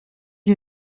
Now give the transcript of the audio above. you